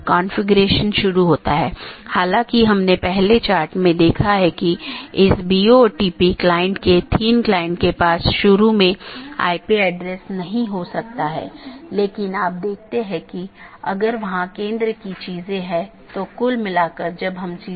BGP के संबंध में मार्ग रूट और रास्ते पाथ एक रूट गंतव्य के लिए पथ का वर्णन करने वाले विशेषताओं के संग्रह के साथ एक गंतव्य NLRI प्रारूप द्वारा निर्दिष्ट गंतव्य को जोड़ता है